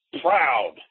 proud